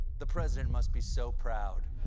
the president must be so proud.